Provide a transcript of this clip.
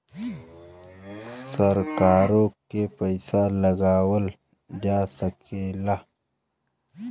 सरकारों के पइसा लगावल जा सकेला